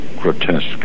grotesque